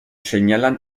señalan